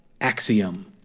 Axiom